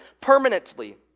permanently